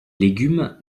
légumes